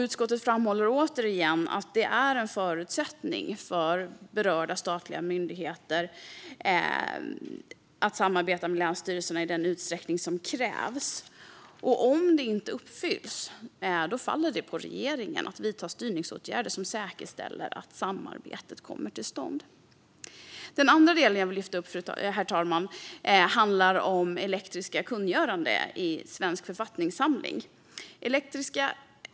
Utskottet framhåller återigen att det är en förutsättning att berörda statliga myndigheter samarbetar med länsstyrelserna i den utsträckning som krävs. Om det inte uppfylls faller det på regeringen att vidta styrningsåtgärder som säkerställer att samarbetet kommer till stånd. Den andra del jag vill lyfta fram, herr talman, handlar om elektroniska kungöranden i Svensk författningssamling.